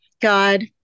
God